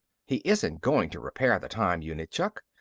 he isn't going to repair the time unit, chuck.